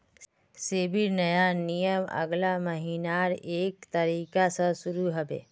सेबीर नया नियम अगला महीनार एक तारिक स शुरू ह बे